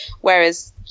Whereas